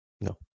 No